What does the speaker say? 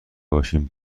باشیم